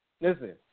listen